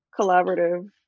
collaborative